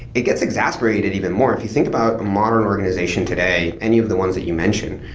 it gets exasperated even more. if you think about a modern organization today, any of the ones that you mentioned,